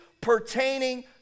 pertaining